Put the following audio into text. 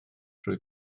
trwy